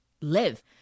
live